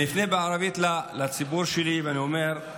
זה בתאגידי מים וביוב, לא בעיריות.